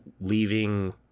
leaving